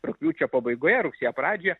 rugpjūčio pabaigoje rugsėjo pradžioje